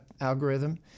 algorithm